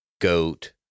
goat